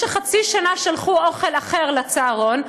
במשך חצי שנה הם שלחו אוכל אחר לצהרון,